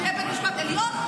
שיהיה בית משפט עליון,